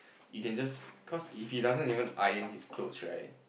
if can just cause if he doesn't even iron his clothes right